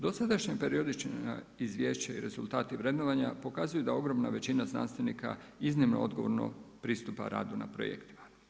Dosadašnja periodična izvješća i rezultati vrednovanja pokazuju da ogromna većina znanstvenika iznimno odgovorno pristupa radu na projektima.